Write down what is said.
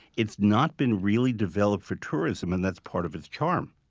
it's not been really developed for tourism, and that's part of its charm.